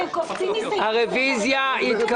אתם קופצים מסעיף לסעיף --- הצבעה הרוויזיה נתקבלה.